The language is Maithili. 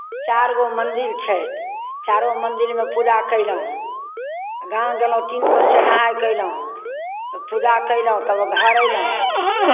चारि गो मन्दिर छै चारू मन्दिरमे पूजा कयलहुँ गाम गयलहुँ तीन कोससँ नहाय कऽ अयलहुँ पूजा कयलहुँ तब घर अयलहुँ